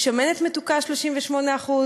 שמנת מתוקה 38%,